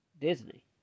Disney